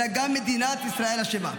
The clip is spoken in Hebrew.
אלא גם מדינת ישראל אשמה.